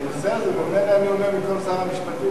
כי הנושא הזה, ממילא אני עונה במקום שר המשפטים.